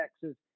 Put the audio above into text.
Texas